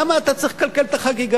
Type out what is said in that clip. למה אתה צריך לקלקל את החגיגה?